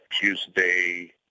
Tuesday